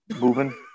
moving